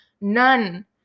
None